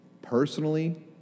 personally